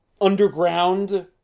underground